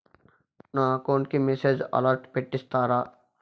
నా అకౌంట్ కి message alert పెట్టిస్తారా